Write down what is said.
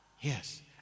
Yes